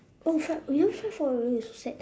oh fuck you never try fried oreo !aiyo! so sad